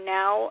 now